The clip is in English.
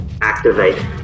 activate